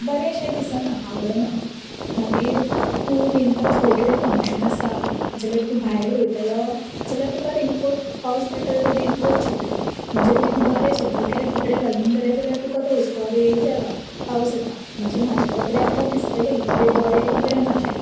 बरेंशें दिसना आवडना मागीर तूं नेमकोच खंय कितें फंक्शन आसा जाल्यार तूं भायर वयतलो जाल्यार तुका रेनकोट पावस पडटा जाल्यार रेनकोट छत्री म्हणजें तुवेन बरें सुद्दां कपडे घालून गेलें जाल्यार तुका तो हुस्को आरे देवा पावस येता म्हणचे म्हाजे कपडे आतां भिजतले इतले बरे कपडे म्हाजे